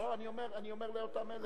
לא, אני אומר לאותם אלה.